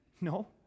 no